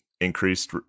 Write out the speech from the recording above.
increased